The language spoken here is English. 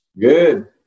Good